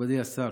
מכובדי השר,